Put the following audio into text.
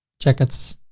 jackets,